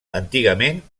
antigament